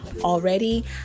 already